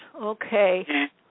Okay